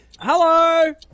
Hello